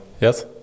Yes